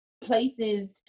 places